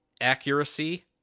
accuracy